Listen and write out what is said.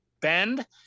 bend